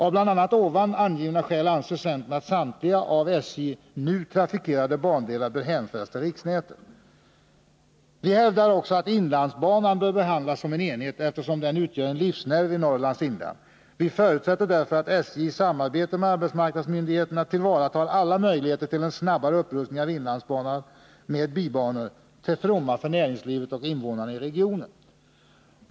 Av bl.a. här angivna skäl anser centern att samtliga av SJ nu trafikerade bandelar bör hänföras till riksnätet. Vi hävdar också att inlandsbanan bör behandlas som en enhet, eftersom den utgör en livsnerv i Norrlands inland. Vi förutsätter därför att SJ i samarbete med arbetsmarknadsmyndigheterna tillvaratar alla möjligheter till en snabbare upprustning av inlandsbanan med bibanor, till fromma för näringslivet och invånarna i regionen.